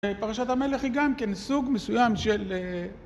פרשת המלך היא גם כן סוג מסוים של...